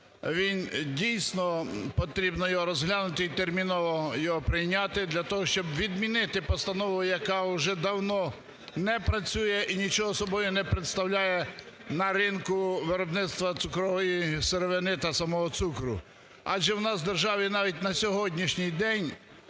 він, дійсно, потрібно його розглянути і терміново його прийняти для того, щоб відмінити постанову, яка уже давно не працює і нічого собою не представляє на ринку виробництва цукрової сировини та самого цукру. Адже в нас в державі навіть на сьогоднішній день